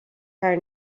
her